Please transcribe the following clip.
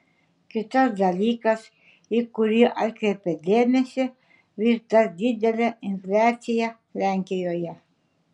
kitas dalykas į kurį atkreipia dėmesį vis dar didelė infliacija lenkijoje